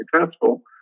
successful